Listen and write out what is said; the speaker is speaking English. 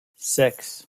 six